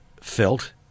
felt